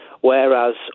whereas